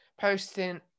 Posting